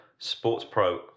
SportsPro